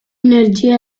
energia